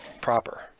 proper